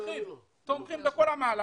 תומכים בזה,